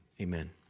amen